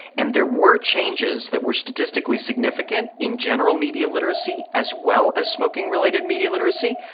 and there were changes that were statistically significant in general media literacy as well as smoking related media literacy,